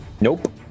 nope